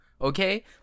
okay